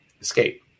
escape